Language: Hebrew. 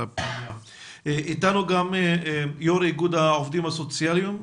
איתנו גם יו"ר איגוד העובדים הסוציאליים,